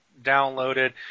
downloaded